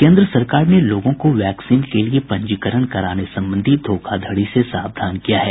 केंद्र सरकार ने लोगों को वैक्सीन के लिए पंजीकरण कराने संबंधी धोखाधड़ी से सावधान किया है